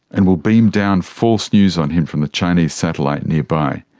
and we'll beam down false news on him from a chinese satellite nearby.